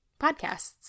podcasts